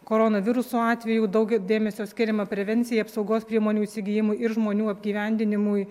koronaviruso atvejų daug dėmesio skiriame prevencijai apsaugos priemonių įsigijimui ir žmonių apgyvendinimui